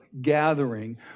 gathering